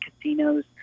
casinos